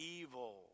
evil